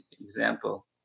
example